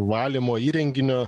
valymo įrenginio